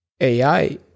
AI